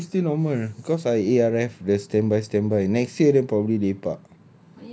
no mine is still normal cause I A_R_F the standby standby next year then probably lepak